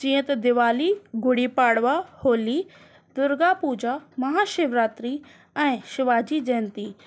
जीअं त दीवाली गुड़ी पाणवा होली दुर्गा पूजा महा शिवरात्री ऐं शिवाजी जयंती